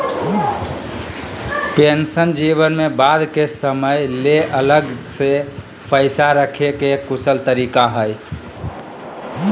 pension जीवन में बाद के समय ले अलग से पैसा रखे के एक कुशल तरीका हय